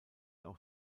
auch